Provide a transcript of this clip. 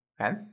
Okay